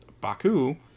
Baku